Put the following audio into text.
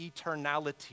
eternality